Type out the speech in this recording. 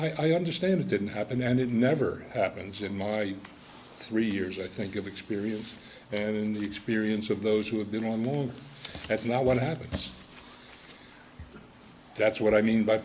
that i understand it didn't happen and it never happens in my three years i think of experience and in the experience of those who have been in war that's not what happens that's what i mean by